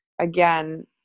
Again